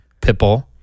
Pitbull